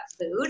food